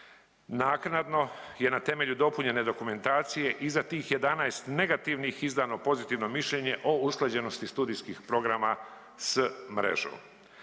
Naknadno je na temelju dopunjene dokumentacije i za tih 11 negativnih izdano pozitivno mišljenje o usklađenosti studijskih programa s mrežom.